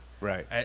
Right